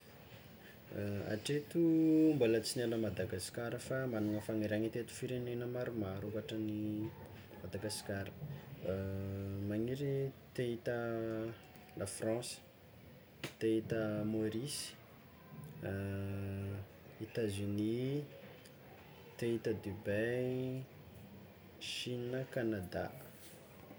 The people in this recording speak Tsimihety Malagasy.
Atreto mbola tsy niala Madagasikara fa managna fagniriàgna hitety firenena maromaro ankoatran'i Madagasikara, magniry de ahita La France, te ahita Maorisy, Etats Unis, te ahita Dubai, Chine Kanadà.